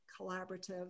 collaborative